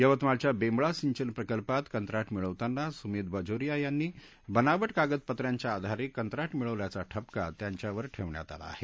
यवतमाळच्या बेंबळा सिंचन प्रकल्पात कंत्राट मिळवताना सुमित बाजोरिया यांनी बनावट कागदपत्रांच्या आधारे कंत्राट मिळवल्याचा ठपका त्यांच्यावर ठेवण्यात आला आहे